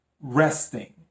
resting